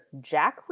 jack